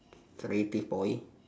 creative boy